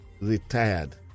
retired